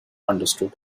understood